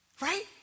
right